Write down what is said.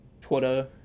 Twitter